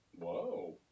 Whoa